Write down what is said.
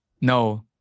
No